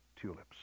tulips